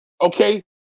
Okay